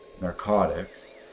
narcotics